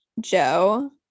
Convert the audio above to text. Joe